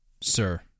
Sir